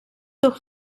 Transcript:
doch